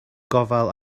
gofal